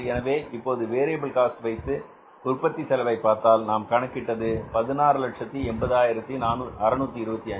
எனவே இப்போது variable cost வைத்து உற்பத்தி செலவை பார்த்தால் நாம் கணக்கிட்டது 1680625